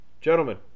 Gentlemen